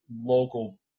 local